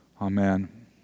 Amen